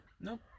Nope